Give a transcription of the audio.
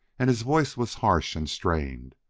and his voice was harsh and strained,